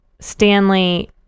Stanley